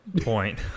point